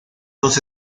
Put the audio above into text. dos